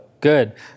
Good